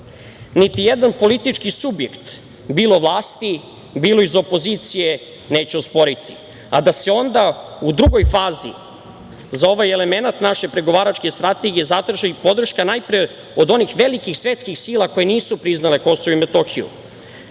Niti jedan politički subjekt bilo vlasti, bilo iz opozicije neću osporiti, a da se onda u drugoj fazi za ovaj element naše pregovaračke strategije zatraži i podrška najpre onih velikih svetskih sila koje nisu priznale Kosovo i Metohiju,